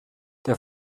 der